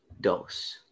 dos